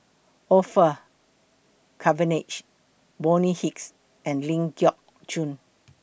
Orfeur Cavenagh Bonny Hicks and Ling Geok Choon